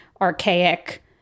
archaic